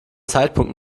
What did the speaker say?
zeitpunkt